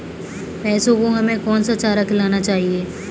भैंसों को हमें कौन सा चारा खिलाना चाहिए?